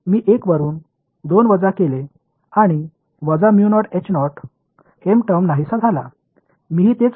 எனவே நான் அவற்றைக் கழித்தால் ஏற்படும் நன்மைகள் என்னவென்றால் எவை மறைந்துவிடும்